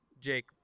Jake